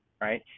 right